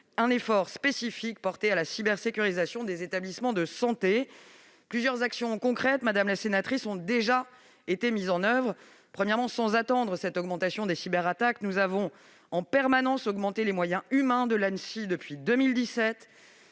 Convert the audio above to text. un effort spécifique en faveur de la cybersécurisation des établissements de santé. Plusieurs actions concrètes, madame la sénatrice, ont déjà été mises en oeuvre. Premièrement, sans attendre cette augmentation des cyberattaques, nous avons en permanence, depuis 2017, augmenté les moyens humains de l'Anssi.